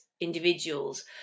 individuals